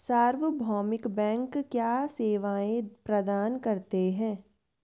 सार्वभौमिक बैंक क्या क्या सेवाएं प्रदान करते हैं?